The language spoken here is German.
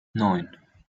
neun